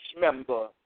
member